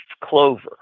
clover